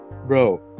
Bro